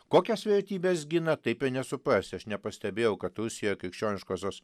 kokias vertybes gina taip ir nesuprasi aš nepastebėjau kad rusija krikščioniškosios